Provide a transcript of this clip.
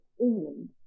England